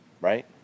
right